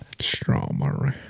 Strawberry